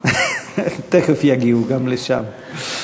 תכף יגיעו גם לשם.